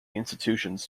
institutions